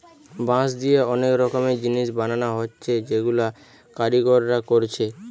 বাঁশ দিয়ে অনেক রকমের জিনিস বানানা হচ্ছে যেগুলা কারিগররা কোরছে